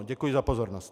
Děkuji za pozornost.